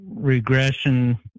regression